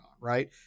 right